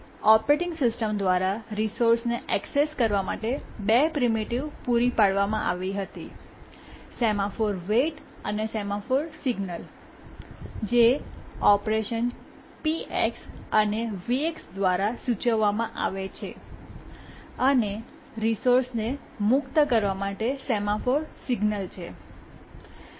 operating system દ્વારા રિસોર્સને access કરવા માટે બે પ્રિમિટિવ પૂરી પાડવામાં આવી હતી સેમાફોર વેટ અને સેમાફોર સિગ્નલ જે ઓપરેશન P અને V દ્વારા સૂચવવામાં આવે છે અને રિસોર્સને મુક્ત કરવા માટે સેમાફોર સિગ્નલ છે